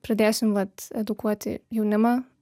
pradėsim vat edukuoti jaunimą